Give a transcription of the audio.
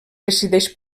decideix